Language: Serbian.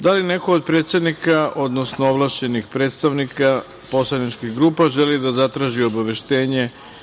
Da li neko od predsednika, odnosno ovlašćenih predstavnika poslaničkih grupa želi da zatraži obaveštenje